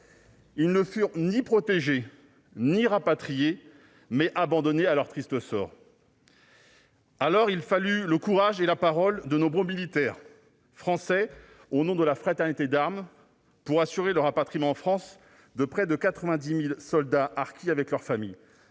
ne furent ni protégés ni rapatriés, mais abandonnés à leur triste sort. Alors, il fallut le courage et la parole de nombreux militaires français, au nom de la fraternité d'armes, pour assurer le rapatriement en France de près de 90 000 soldats harkis et de leurs familles.